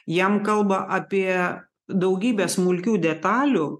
jam kalba apie daugybę smulkių detalių